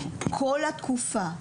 כל התקופה,